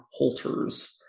Holters